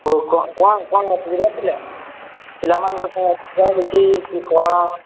ହେଉ କ'ଣ କ କ'ଣ କ'ଣ ଯିବାର ଥିଲା ପିଲାମାନଙ୍କର କ'ଣ ଅସୁବିଧା ହେଇଛି କି କ'ଣ